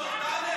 בסדר.